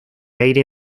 aire